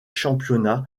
championnats